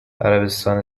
عربستان